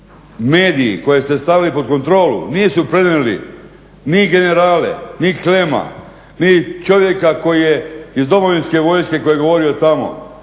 mediji koje ste stavili pod kontrolu nisu prenijeli ni generale, ni Klema, ni čovjeka koji je iz Domovinske vojske koji je govorio tamo